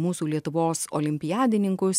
mūsų lietuvos olimpiadininkus